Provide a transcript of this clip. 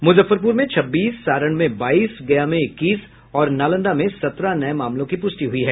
मुजफ्फरपुर में छब्बीस सारण में बाईस गया में इक्कीस और नालंदा में सत्रह नये मामलों की पुष्टि हुई है